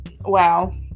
Wow